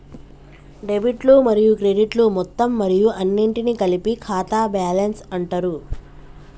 డెబిట్లు మరియు క్రెడిట్లు మొత్తం మరియు అన్నింటినీ కలిపి ఖాతా బ్యాలెన్స్ అంటరు